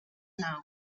now